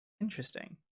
Interesting